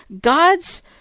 God's